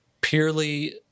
purely